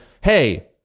hey